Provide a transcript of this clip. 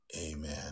amen